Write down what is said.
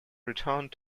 returned